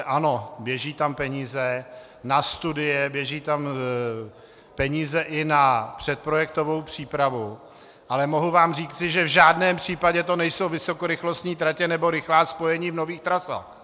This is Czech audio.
Ano, běží tam peníze na studie, běží tam peníze i na předprojektovou přípravu, ale mohu vám říci, že v žádném případě to nejsou vysokorychlostní tratě nebo rychlá spojení v nových trasách.